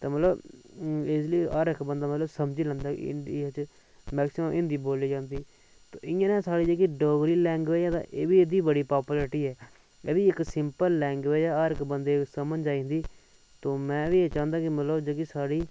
ते मतलब इजिली हर इक बंदा मतलब समझी लैंदा हिंदी मैक्सिमम हिन्दी बोली जन्दी तो इ'यां गै स्हाड़ी जेह्की डोगरी लैंग्वेज ऐ ते एह् बी एह्दी बढ़ी पैपुलेरिटी ऐ एह् बी इक सिंपल लैंग्वेज ऐ हर इक बंदे गी समझ आई जंदी तो मैं बी एह् चाहन्दा के मतलब जेह्की स्हाड़ी